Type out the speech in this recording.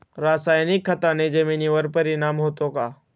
रासायनिक खताने जमिनीवर परिणाम होतो का?